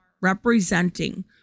representing